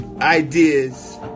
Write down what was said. ideas